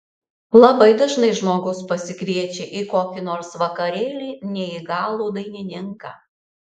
labai dažnai žmogus pasikviečia į kokį nors vakarėlį neįgalų dainininką